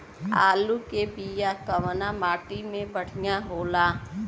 आलू के बिया कवना माटी मे बढ़ियां होला?